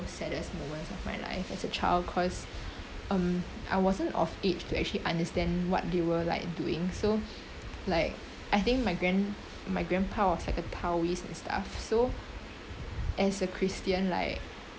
saddest moments of my life as a child cause um I wasn't of age to actually understand what they were like doing so like I think my grand~ my grandpa was like a taoist and stuff so as a christian like